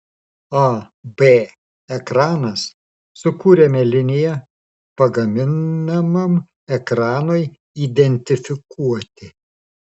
ab ekranas sukūrėme liniją pagaminamam ekranui identifikuoti